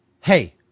Hey